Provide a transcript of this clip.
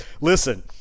listen